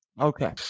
Okay